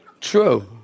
True